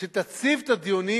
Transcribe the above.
שתציב את הדיונים,